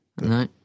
No